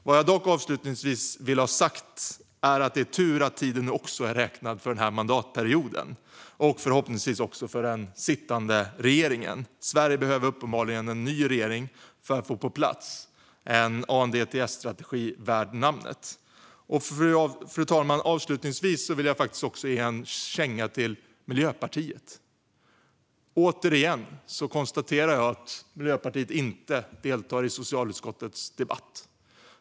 Vad jag dock avslutningsvis vill ha sagt är att det är tur att tiden nu också är räknad för den här mandatperioden och förhoppningsvis också för den sittande regeringen. Sverige behöver uppenbarligen en ny regering för att få en ANDTS-strategi värd namnet på plats. Fru talman! Avslutningsvis vill jag också ge en känga till Miljöpartiet. Återigen konstaterar jag att Miljöpartiet inte deltar i socialutskottets debatt.